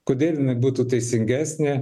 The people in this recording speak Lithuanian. kodėl jinai būtų teisingesnė